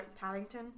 Paddington